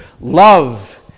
Love